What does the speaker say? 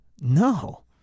No